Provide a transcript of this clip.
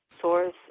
source